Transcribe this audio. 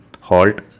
halt